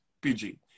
pg